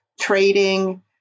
trading